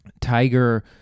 tiger